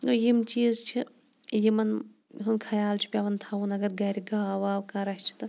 گوٚو یِم چیٖز چھِ یِمَن ہُنٛد خَیال چھُ پیٚوان تھاوُن اَگَر گَرِ گاو واو کانٛہہ رَچھِ تہٕ